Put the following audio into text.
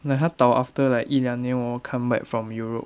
like 他倒 after like 一两年我 come back from europe